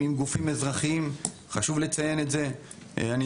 חשוב לציין שגם נעשים שת"פים עם גופים אזרחיים.